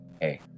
Hey